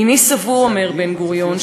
איני סבור" אומר בן-גוריון,